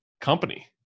company